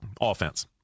offense